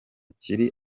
kiri